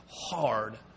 hard